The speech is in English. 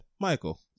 michael